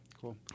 cool